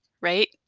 right